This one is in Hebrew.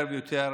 יותר ויותר